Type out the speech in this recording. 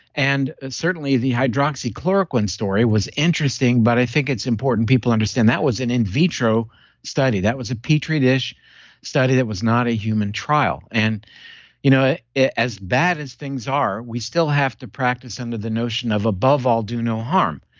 and certainly the hydroxy chloroquine story was interesting, but i think it's important people understand that was an in vitro study, that was a petri dish study that was not a human trial. and you know ah as bad as things are, we still have to practice under the notion of above all do no harm.